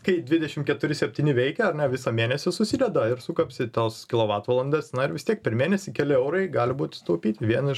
kai devidešim keturi septyni veikia ar ne visą mėnesį susideda ir suklapsi tos kilovatvalandės na ir vis tiek per mėnesį keli eurai gali būt sutaupyti vien iš